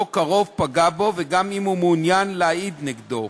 קרוב פגע בו וגם אם הוא מעוניין להעיד נגדו.